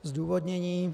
Zdůvodnění.